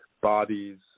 Bodies